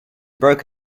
broke